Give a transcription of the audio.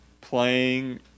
playing